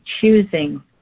choosing